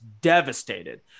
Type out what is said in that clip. devastated